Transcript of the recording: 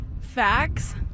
facts